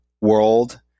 world